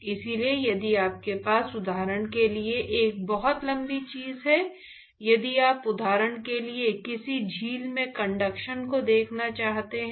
इसलिए यदि आपके पास उदाहरण के लिए एक बहुत लंबी चीज है यदि आप उदाहरण के लिए किसी झील में कंडक्शन को देखना चाहते हैं